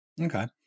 Okay